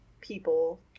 people